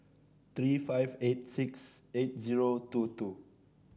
three five eight six eight zero two two